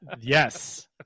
yes